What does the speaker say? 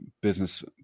business